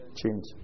change